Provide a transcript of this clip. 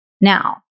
Now